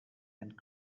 and